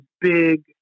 big